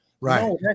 Right